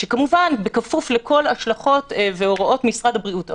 כמובן בכפוף לכל מיני השלכות והוראות משרד הבריאות.